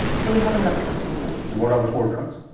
so we haven't got a company yet. and what are the four drugs?